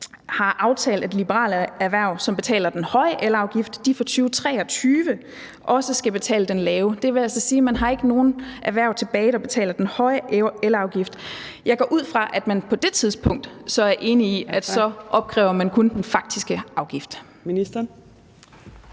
har aftalt, at liberale erhverv, som betaler den høje elafgift, fra 2023 også skal betale den lave. Det vil altså sige, at man ikke har nogen erhverv tilbage, der betaler den høje elafgift. Jeg går ud fra, at man så er enig i, at man på det tidspunkt kun opkræver den faktiske afgift.